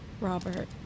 Robert